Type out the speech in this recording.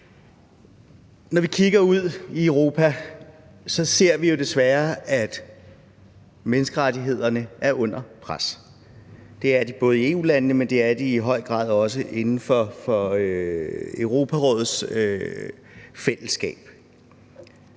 Når vi kigger ud i Europa, ser vi jo desværre, at menneskerettighederne er under pres. Det er de både i EU-landene, men det er de i høj grad også inden for Europarådets fællesskab.